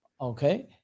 Okay